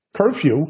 curfew